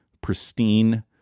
pristine